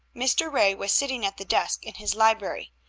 mr. ray was sitting at the desk in his library.